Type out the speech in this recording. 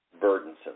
burdensome